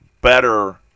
better